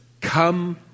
come